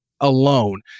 alone